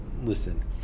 listen